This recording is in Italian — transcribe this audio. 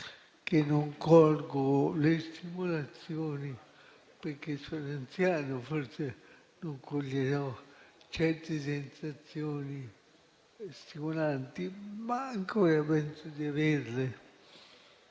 che non colgo le stimolazioni perché sono anziano. Forse non coglierò certe sensazioni stimolanti, ma ancora penso di averle.